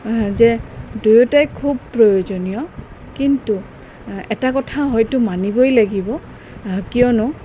যে দুয়োটাই খুব প্ৰয়োজনীয় কিন্তু এটা কথা হয়তো মানিবই লাগিব কিয়নো